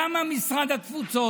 למה משרד התפוצות?